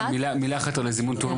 מילה אחת על זימון תורים.